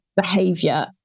behavior